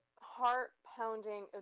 heart-pounding